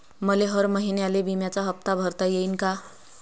मले हर महिन्याले बिम्याचा हप्ता भरता येईन का?